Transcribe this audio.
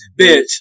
bitch